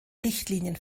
richtlinien